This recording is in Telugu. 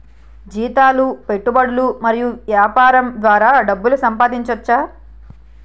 జీతాలు పెట్టుబడులు మరియు యాపారం ద్వారా డబ్బు సంపాదించోచ్చు